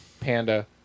Panda